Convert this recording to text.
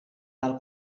del